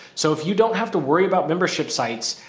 so if you don't have to worry about membership sites,